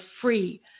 free